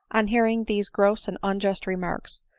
on hearing these gross and unjust remarks,